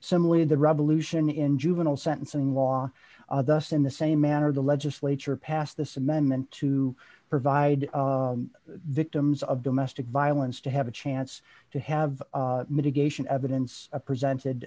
similar to the revolution in juvenile sentencing law thus in the same manner the legislature passed this amendment to provide victims of domestic violence to have a chance to have mitigation evidence presented